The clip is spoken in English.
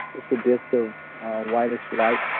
just a disc of whitish light